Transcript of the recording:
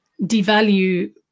devalue